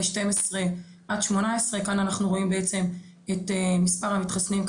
12 עד 18. כאן אנחנו רואים בעצם את מספר המתחסנים,